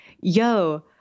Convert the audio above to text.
yo